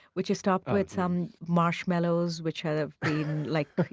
which is topped with some marshmallows, which have like